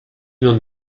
non